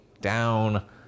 down